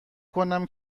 کنم